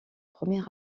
premier